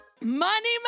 money